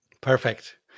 Perfect